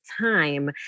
time